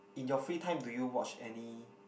in your free time do you watch any